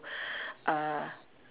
uh